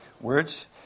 words